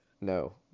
No